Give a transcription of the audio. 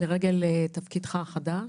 לרגל תפקידך החדש.